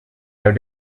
have